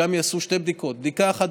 שם יעשו שתי בדיקות: בדיקה אחת,